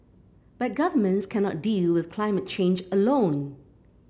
but governments cannot deal with climate change alone